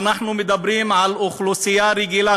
ואנחנו מדברים על אוכלוסייה רגילה,